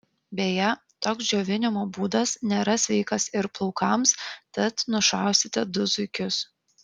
beje toks džiovinimo būdas nėra sveikas ir plaukams tad nušausite du zuikius